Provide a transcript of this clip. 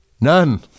None